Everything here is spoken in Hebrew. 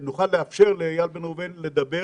וכדי שנוכל לאפשר לאיל בן ראובן לדבר